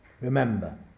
remember